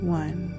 one